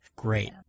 Great